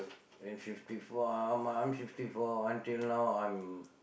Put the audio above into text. in fifty four my uh I'm fifty four until now I'm